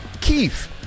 Keith